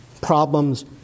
problems